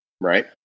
Right